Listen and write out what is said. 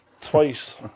twice